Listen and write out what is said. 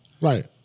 Right